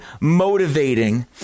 motivating